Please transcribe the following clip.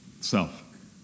self